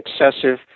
excessive